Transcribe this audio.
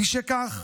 משכך,